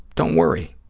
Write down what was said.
don't worry,